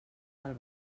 del